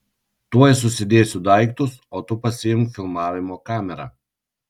tuoj susidėsiu daiktus o tu pasiimk filmavimo kamerą